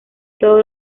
todos